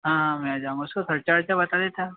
हाँ हाँ मैं जामा सूँ खर्चा उर्चा बता देता